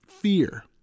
fear